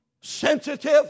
sensitive